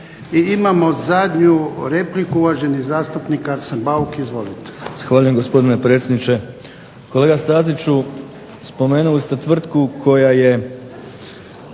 I imamo zadnju repliku, uvaženi zastupnik Arsen Bauk. Izvolite.